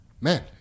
Man